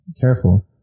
careful